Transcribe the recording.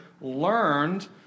learned